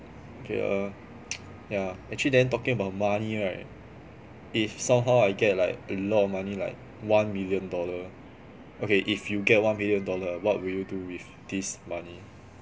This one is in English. okay err yeah actually then talking about money right if somehow I get like a lot of money like one million dollar okay if you get one million dollar what will you do with this money